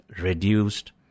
reduced